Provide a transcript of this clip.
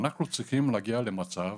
אנחנו צריכים להגיע למצב,